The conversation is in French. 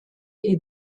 est